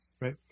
Right